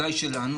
אולי שלנו,